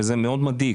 וזה מאוד מדאיג,